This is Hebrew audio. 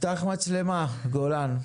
לא בעיה, גוגל.